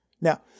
Now